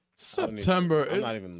September